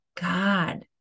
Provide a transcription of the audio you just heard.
God